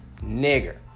nigger